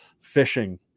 fishing